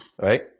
right